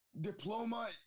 diploma